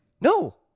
No